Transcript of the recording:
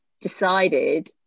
decided